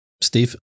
Steve